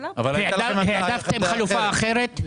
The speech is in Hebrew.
העדפתם חלופה אחרת?